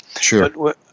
Sure